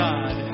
God